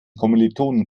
kommilitonen